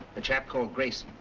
a chap called grayson,